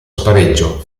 spareggio